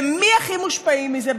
ומי הכי מושפעים מזה,